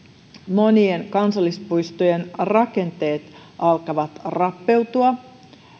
monien kansallispuistojen rakenteet alkavat rappeutua